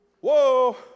whoa